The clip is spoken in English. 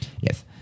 Yes